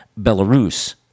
Belarus